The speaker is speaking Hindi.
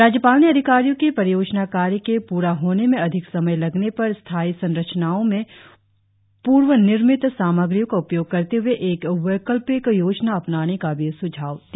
राज्यपाल ने अधिकारियो की परियोजना कार्य के पूरा होने में अधिक समय लगने पर स्थाई संरचनाओ में पूर्वनिर्मित सामग्रियो का उपयोग करते हए एक वैकल्पिक योजना अपनाने का भी स्झाव दिया